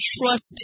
trust